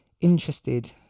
interested